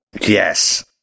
Yes